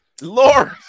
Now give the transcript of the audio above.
Lord